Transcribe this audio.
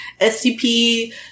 SCP